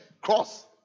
cross